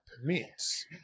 permits